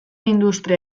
industria